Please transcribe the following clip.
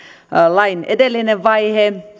lain edellisen vaiheen